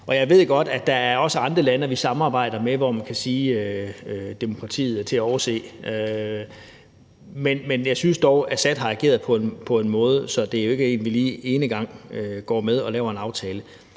Og jeg ved godt, at der også er andre lande, vi samarbejder med, hvor man kan sige, at demokratiet er til at overse, men jeg synes dog, at Assad har ageret på en måde, hvor man kan sige, at han jo ikke lige er en, som vi laver en aftale